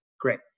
Great